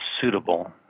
suitable